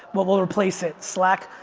what will replace it? slack?